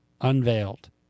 unveiled